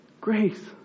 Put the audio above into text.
Grace